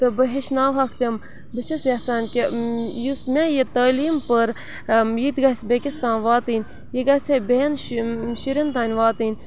تہٕ بہٕ ہیٚچھناوہَکھ تِم بہٕ چھَس یَژھان کہِ یُس مےٚ یہِ تٲلیٖم پٔر یہِ تہِ گژھِ بیٚکِس تام واتٕنۍ یہِ گژھِ ہے بیٚہَن شُرٮ۪ن تانۍ واتٕنۍ